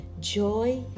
joy